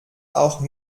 auch